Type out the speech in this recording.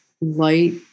light